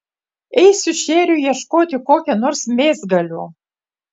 eisiu šėriui ieškoti kokio nors mėsgalio